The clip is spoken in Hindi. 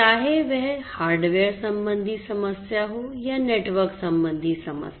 चाहे वह हार्डवेयर संबंधी समस्या हो या नेटवर्क संबंधी समस्या